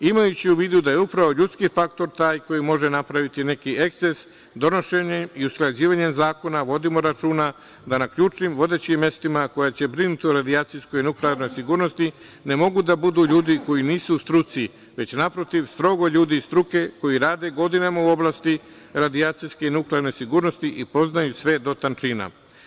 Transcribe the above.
Imajući u vidu da je upravo ljudski faktor taj koji može napraviti neki eksces, donošenjem i usklađivanjem zakona vodimo računa da na ključnim, vodećim mestima koja će brinuti o radijacijskoj i nuklearnoj sigurnosti ne mogu da budu ljudi koji nisu u struci, već naprotiv, strogo ljudi iz struke, koji rade godinama u oblasti radijacijske i nuklearne sigurnosti i poznaju sve do tančina.